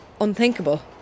unthinkable